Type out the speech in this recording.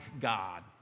God